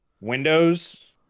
Windows